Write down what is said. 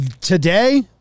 today